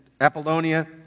Apollonia